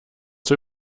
zur